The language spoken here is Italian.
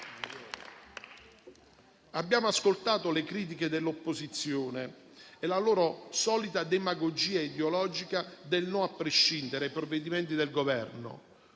Abbiamo ascoltato le critiche dell'opposizione e la sua solita demagogia ideologica del no a prescindere ai provvedimenti del Governo.